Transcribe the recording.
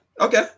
Okay